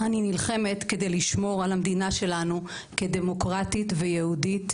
אני נלחמת כדי לשמור על המדינה שלנו כדמוקרטית ויהודית,